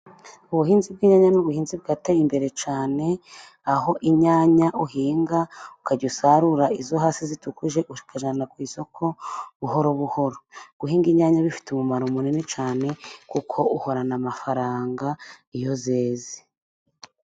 Ubuhinzi bw'inyanya ni ubuhinzi bwateye imbere cyane, aho inyanya uhinga ukajya usarura izo hasi zitukuje ukajyana ku isoko buhoro buhoro. Guhinga inyanya bifite umumaro munini cyane kuko uhorana amafaranga iyo zeze.